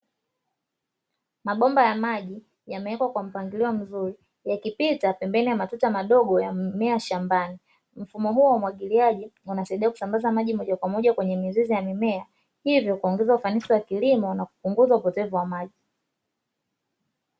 Mabomba ya maji yamewekwa kwa mpangilio mzuri yakipita pembeni ya matuta madogo ya mmea shambani, mfumo huu wa umwagiliaji unasaidia kusambaza maji moja kwa moja kwenye mizizi ya mimea, hivyo kuongeza ufanisi wa kilimo na kupunguza upotevu wa maji.